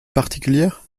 particulière